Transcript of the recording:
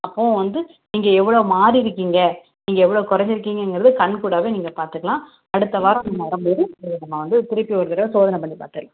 அப்பவும் வந்து நீங்கள் எவ்வளோ மாறியிருக்கீங்க நீங்கள் எவ்வளோ குறைஞ்சிருக்கீங்கங்குறது கண்கூடாகவே நீங்கள் பார்த்துக்கலாம் அடுத்தவாரம் நீங்கள் வரும்போது உங்களுக்கு நம்ம வந்து திரும்பி ஒரு தடவை சோதனை பண்ணி பார்த்துரலாம்